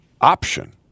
option